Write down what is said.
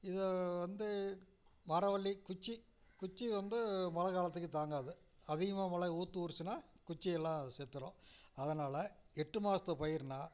இதை வந்து மரவள்ளி குச்சி குச்சி வந்து மழைக்காலத்துக்கு தாங்காது அதிகமாக மழை ஊற்று ஊறுச்சின்னால் குச்சியெல்லாம் செத்துடும் அதனால் எட்டுமாதத்து பயிர்னால்